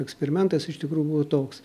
eksperimentas iš tikrųjų buvo toks